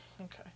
Okay